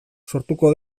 sortuko